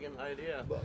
idea